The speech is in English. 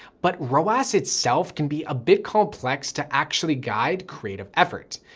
but roas itself can be a bit complex to actually guide creative effort.